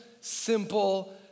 simple